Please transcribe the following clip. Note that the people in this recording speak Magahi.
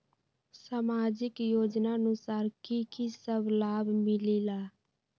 समाजिक योजनानुसार कि कि सब लाब मिलीला?